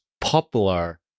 popular